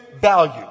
value